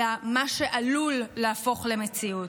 אלא מה שעלול להפוך למציאות.